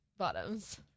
bottoms